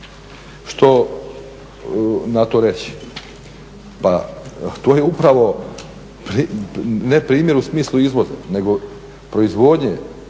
što na to reći? Pa to je upravo neprimjer u smislu izvoza nego proizvodnje